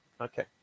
Okay